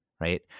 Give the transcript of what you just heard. right